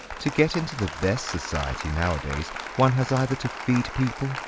to get into the best society, nowadays, one has either to feed people,